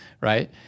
Right